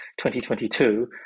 2022